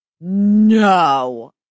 No